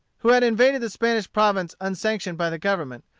who had invaded the spanish province unsanctioned by the government,